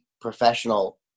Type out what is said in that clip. professional